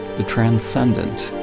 the transcendent,